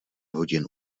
hodin